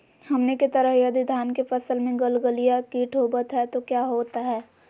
हमनी के तरह यदि धान के फसल में गलगलिया किट होबत है तो क्या होता ह?